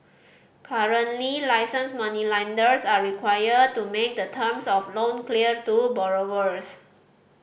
currently licensed moneylenders are required to make the terms of loan clear to borrowers